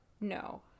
No